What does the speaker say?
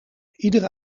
iedere